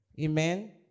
Amen